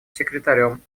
секретарем